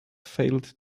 failed